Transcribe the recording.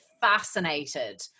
fascinated